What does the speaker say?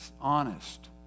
honest